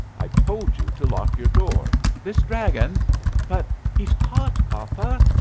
i told you to lock your door. this dragon but he's caught, papa,